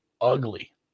ugly